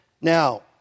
Now